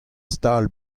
stal